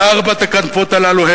וארבע הכנפות הללו,